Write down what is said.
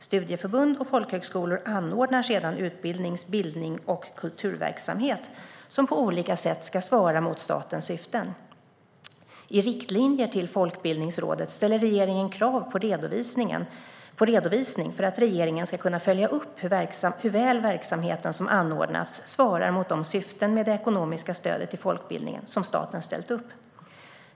Studieförbund och folkhögskolor anordnar sedan utbildnings, bildnings och kulturverksamhet som på olika sätt ska svara mot statens syften. I riktlinjer till Folkbildningsrådet ställer regeringen krav på redovisning för att regeringen ska kunna följa upp hur väl verksamheten som anordnats svarar mot de syften med det ekonomiska stödet till folkbildningen som staten ställt upp.